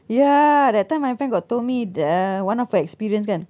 ya that time my friend got told me the uh one of her experience kan